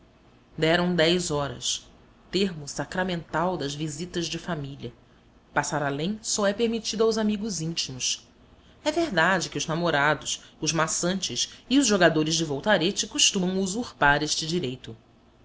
deram dez horas termo sacramental das visitas de família passar além só é permitido aos amigos íntimos é verdade que os namorados os maçantes e os jogadores de voltarete costumam usurpar este direito